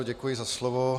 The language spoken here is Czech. Děkuji za slovo.